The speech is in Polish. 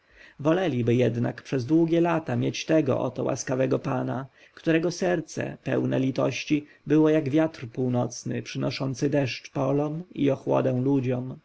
jeszcze przez długie lata mieć tego oto łaskawego pana którego serce pełne litości było jak wiatr północny przynoszący deszcz polom i ochłodę ludziom